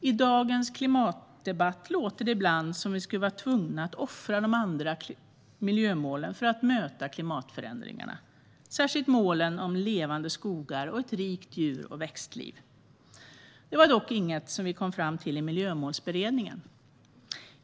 I dagens klimatdebatt låter det ibland som att vi skulle vara tvungna att offra de andra miljömålen för att möta klimatförändringarna, särskilt målen Levande skogar och Ett rikt växt och djurliv. Detta var dock inget vi kom fram till i Miljömålsberedningen.